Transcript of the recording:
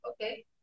okay